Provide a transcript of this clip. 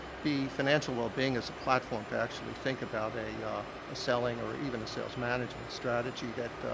be financial wellbeing as a platform to actually think about a, ah ah a selling or even a sales management strategy that,